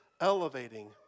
elevating